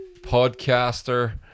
podcaster